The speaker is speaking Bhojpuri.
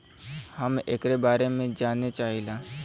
हम एकरे बारे मे जाने चाहीला?